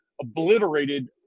obliterated